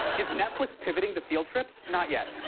is netflix pivoting to field trips? not yet.